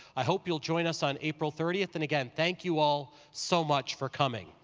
i hope you'll join us on april thirtieth and again, thank you all so much for coming.